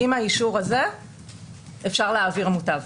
עם האישור הזה אפשר להעביר מוטב.